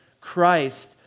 Christ